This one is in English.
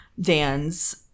Dan's